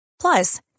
Plus